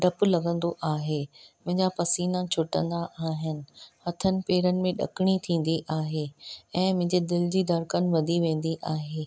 डपु लॻिंदो आहे मुंहिंजा पसीना छुटंदा आहिनि हथनि पेरनि मे ॾकणी थींदी आहे ऐं मुंहिंजे दिलि जी धड़कनु वधी वेंदी आहे